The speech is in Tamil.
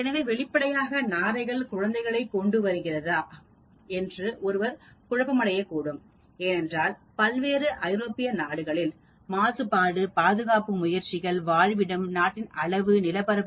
எனவே வெளிப்படையாக நாரைகள்குழந்தைகளை கொண்டு வருகிறதா என்று ஒருவர் குழப்பமடையக்கூடும் ஏனென்றால் பல்வேறு ஐரோப்பிய நாடுகளில் மாசுபாடு பாதுகாப்பு முயற்சிகள் வாழ்விடம் நாட்டின் அளவு நிலப்பரப்பு